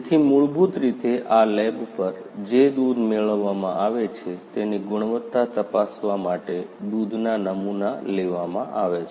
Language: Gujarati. તેથી મૂળભૂત રીતે આ લેબ પર જે દૂધ મેળવવામાં આવે છે તેની ગુણવત્તા તપાસવા માંટે દૂધના નમૂના લેવામાં આવે છે